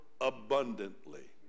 abundantly